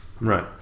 Right